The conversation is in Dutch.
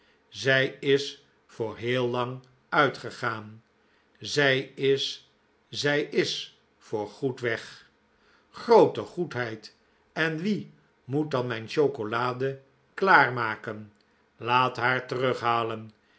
zij is voor heel lang uitgegaan zij is zij is voor goed weg groote goedheid en wie moet dan mijn chocolade klaar maken laat haar terughalen